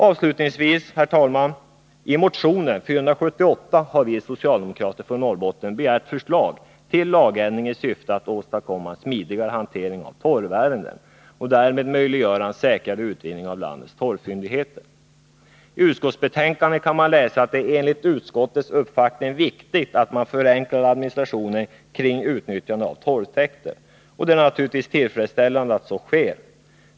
Avslutningsvis, herr talman: I motionen 478 har vi socialdemokrater från Norrbotten begärt förslag till lagändring i syfte att åstadkomma en smidigare hantering av torvärenden och därmed möjliggöra en säkrare utvinning av landets torvfyndigheter. I utskottsbetänkandet kan man läsa att det enligt utskottets uppfattning är viktigt att man förenklar administrationen kring utnyttjandet av torvtäkter, och det är naturligtvis tillfredsställande att så sker.